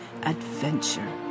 adventure